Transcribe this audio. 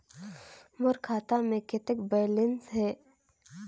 मोर खाता मे कतेक बैलेंस हे?